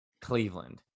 Cleveland